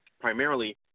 primarily